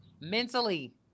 mentally